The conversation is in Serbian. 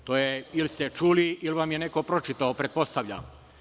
To ili ste čuli ili vam je neko pročitao pretpostavljam.